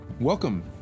welcome